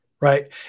right